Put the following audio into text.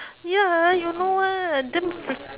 ya you know ah damn freak